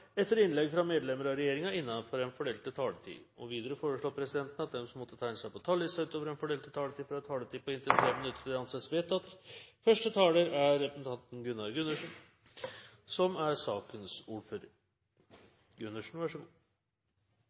etter innlegg fra medlem av regjeringen innenfor den fordelte taletid. Videre vil presidenten foreslå at de som måtte tegne seg på talerlisten utover den fordelte taletid, får en taletid på inntil 3 minutter. – Det anses vedtatt. Første taler er representanten Peter Skovholt Gitmark, som er sakens ordfører.